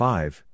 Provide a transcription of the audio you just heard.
Five